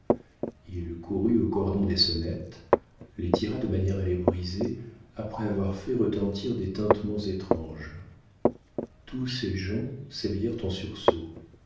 il courut aux cordons des sonnettes les tira de manière à les briser après avoir fait retentir des tintements étranges tous ses gens s'éveillèrent en sursaut